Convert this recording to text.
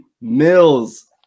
mills